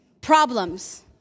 problems